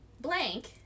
Blank